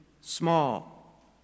small